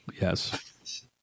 yes